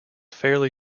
fairly